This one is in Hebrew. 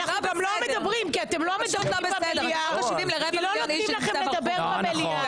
אתם גם לא מדברים, כי לא נותנים לכם לדבר במליאה.